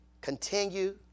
Continue